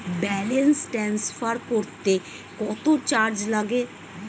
Balance transfer করতে কত charge লাগে?